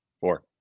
Four